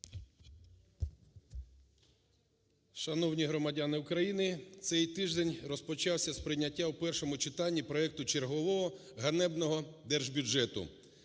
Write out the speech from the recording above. Шановні громадяни України! Це тиждень розпочався з прийняття в першому читанні проекту чергового ганебного держбюджету.